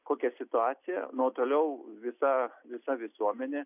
kokia situacija nu o toliau visa visa visuomenė